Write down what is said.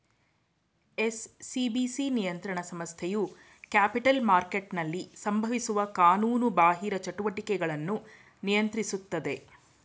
SCBC ನಿಯಂತ್ರಣ ಸಂಸ್ಥೆಯು capital ಮಾರ್ಕೆಟ್ನಲ್ಲಿ ಸಂಭವಿಸುವ ಕಾನೂನುಬಾಹಿರ ಚಟುವಟಿಕೆಗಳನ್ನು ನಿಯಂತ್ರಿಸುತ್ತದೆ